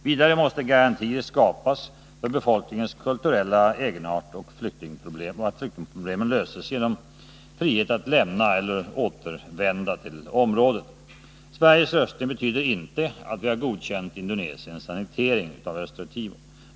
Vidare måste garantier skapas för befolkningens kulturella egenart och flyktingproblem lösas genom frihet att lämna eller återvända till området. Sveriges röstning betyder inte att vi har godkänt Indonesiens annektering av Östra Timor.